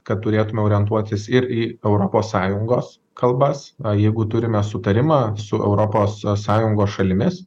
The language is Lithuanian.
kad turėtume orientuotis ir į europos sąjungos kalbas o jeigu turime sutarimą su europos sąjungos šalimis